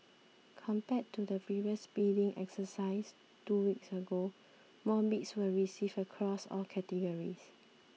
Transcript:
compared to the previous bidding exercise two weeks ago more bids were received across all categories